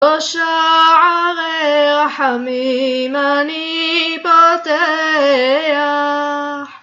בשער הרחמים אני פותח.